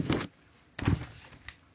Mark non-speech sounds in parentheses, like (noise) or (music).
(noise)